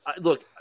Look